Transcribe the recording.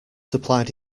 supplied